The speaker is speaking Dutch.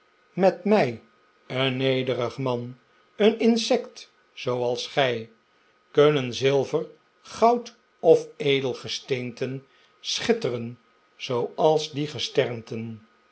met mij een nederig man een inspect zooals gij kunnen zilver goud of edelgesteenten schitteren zooals die gesternten